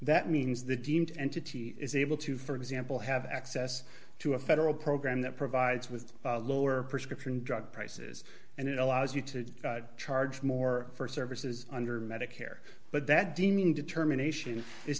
that means the deemed entity is able to for example have access to a federal program that provides with lower prescription drug prices and it allows you to charge more for services under medicare but that doesn't mean determination